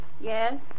Yes